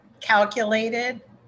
calculated